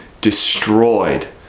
destroyed